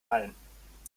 allen